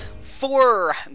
four